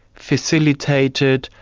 facilitated,